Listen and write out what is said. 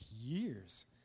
years